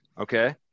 Okay